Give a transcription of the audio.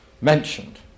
mentioned